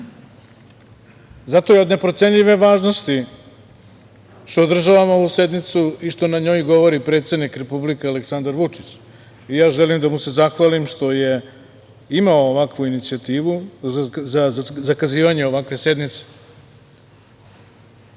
Zato je od neprocenljive važnosti što održavamo ovu sednicu i što na njoj govori predsednik Republike Aleksandar Vučić i ja želim da mu se zahvalim što je imao ovakvu inicijativu za zakazivanje ovakve sednice. Zato